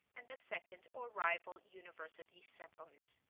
and the second or rival university settlement,